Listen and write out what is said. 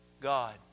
God